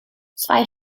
zwei